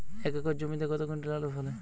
এক একর জমিতে কত কুইন্টাল আলু ফলে?